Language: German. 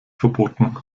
verboten